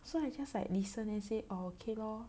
so I just like listen then say ok lor